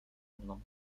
mną